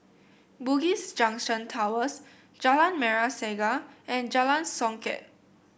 Bugis Junction Towers Jalan Merah Saga and Jalan Songket